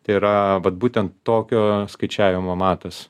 tai yra vat būtent tokio skaičiavimo matas